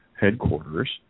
headquarters